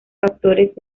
factores